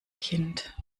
kind